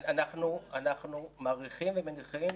אנחנו מעריכים ומניחים,